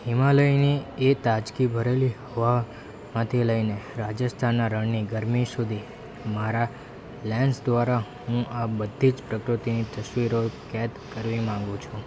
હિમાલયની એ તાજગી ભરેલી હવામાંથી લઈને રાજસ્થાનના રણની ગરમી સુધી મારા લેન્સ દ્વારા હું આ બધી જ પ્રકૃતિની તસવીરો કેદ કરવી માંગુ છું